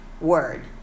word